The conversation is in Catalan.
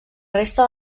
resta